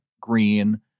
green